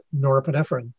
norepinephrine